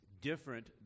different